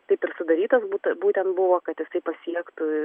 taip ir sudarytas būta būtent buvo kad jisai pasiektų